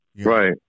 right